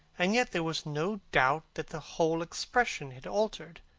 and yet there was no doubt that the whole expression had altered.